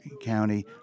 County